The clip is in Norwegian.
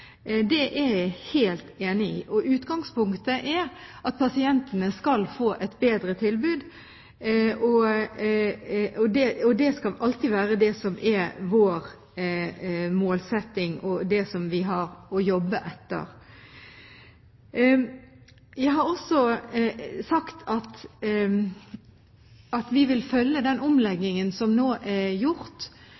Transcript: Utgangspunktet er at pasientene skal få et bedre tilbud. Det skal alltid være det som er vår målsetting og det vi har å jobbe etter. Jeg har også sagt at vi vil følge nøye med i den